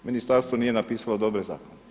Ministarstvo nije napisalo dobre zakone.